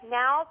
now